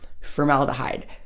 formaldehyde